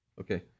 Okay